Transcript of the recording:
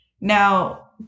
Now